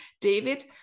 David